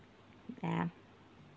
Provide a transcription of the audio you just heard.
ya